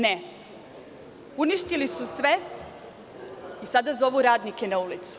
Ne, uništili su sve i sada zovu radnike na ulicu.